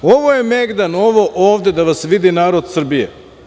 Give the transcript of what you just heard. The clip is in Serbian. Ovo je megdan, ovo ovde da vas vidi narod Srbije.